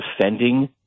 defending